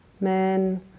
men